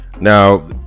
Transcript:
Now